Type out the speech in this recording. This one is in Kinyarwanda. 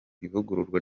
ivugururwa